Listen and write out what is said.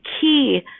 key